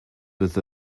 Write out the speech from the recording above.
with